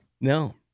No